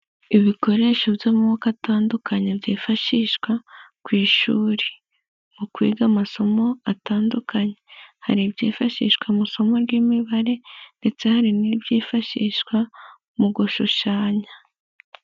Ibikoresho by'amoko atandukanye byifashishwa ku ishuri mu kwiga amasomo atandukanye. Hari ibyifashishwa mu isomo ry'imibare ndetse hari n'ibyifashishwa mu gushushanya.